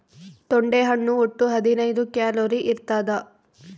ತೊಂಡೆ ಹಣ್ಣು ಒಟ್ಟು ಹದಿನೈದು ಕ್ಯಾಲೋರಿ ಇರ್ತಾದ